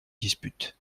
dispute